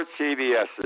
CVS's